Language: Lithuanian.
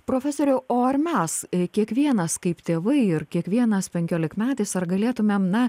profesoriau o ar mes kiekvienas kaip tėvai ir kiekvienas penkiolikmetis ar galėtumėm na